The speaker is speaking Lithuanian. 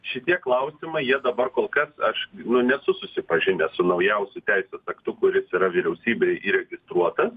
šitie klausimai jie dabar kol kas aš nesu susipažinęs su naujausiu teisės aktu kuris yra vyriausybėj įregistruotas